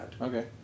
Okay